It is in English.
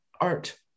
art